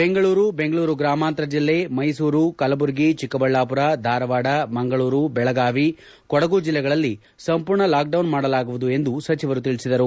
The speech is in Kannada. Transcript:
ಬೆಂಗಳೂರು ಬೆಂಗಳೂರು ಗ್ರಾಮಾಂತರ ಜಿಲ್ಲೆ ಮೈಸೂರು ಕಲಬುರಗಿ ಚಿಕ್ಕಬಳ್ಳಾಪುರ ಧಾರವಾಡ ಮಂಗಳೂರು ಬೆಳಗಾವಿ ಕೊಡಗು ಜಿಲ್ಲೆಗಳಲ್ಲಿ ಸಂಪೂರ್ಣ ಲಾಕ್ಡೌನ್ ಮಾಡಲಾಗುವುದು ಎಂದು ಸಚಿವರು ತಿಳಿಸಿದರು